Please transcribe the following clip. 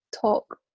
talk